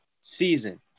season